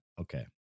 okay